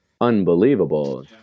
unbelievable